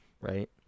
right